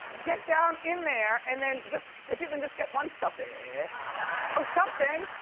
get down in there and then just, if you can just get one selfie. or something.